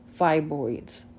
fibroids